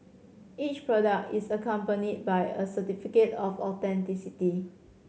each product is accompanied by a certificate of authenticity